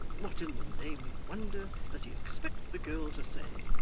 what in the name of wonder does he expect the girl to say,